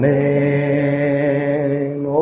name